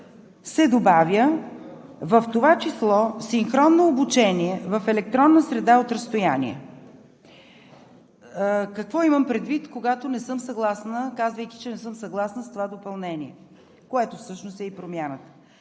се добавя: „В това число синхронно обучение в електронна среда от разстояние.“ Какво имам предвид, когато не съм съгласна, казвайки, че не съм съгласна с това допълнение, което всъщност е и промяната?